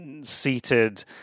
seated